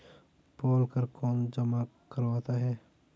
पोल कर कौन जमा करवाता है?